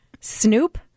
Snoop